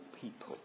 people